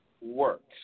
works